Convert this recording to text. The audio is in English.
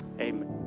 Amen